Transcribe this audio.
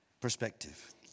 perspective